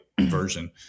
version